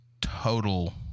total